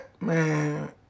man